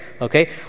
Okay